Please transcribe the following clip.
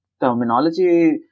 terminology